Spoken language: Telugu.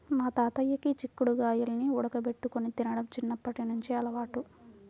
మా తాతయ్యకి చిక్కుడు గాయాల్ని ఉడకబెట్టుకొని తినడం చిన్నప్పట్నుంచి అలవాటు